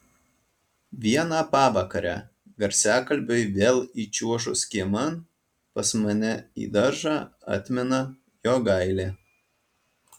vieną pavakarę garsiakalbiui vėl įčiuožus kieman pas mane į daržą atmina jogailė